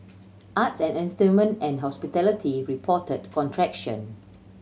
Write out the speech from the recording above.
arts and entertainment and hospitality reported contraction